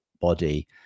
body